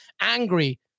angry